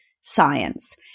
science